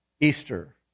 Easter